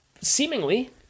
seemingly